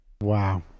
Wow